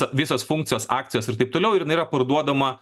visos funkcijos akcijos ir taip toliau ir jinai yra parduodama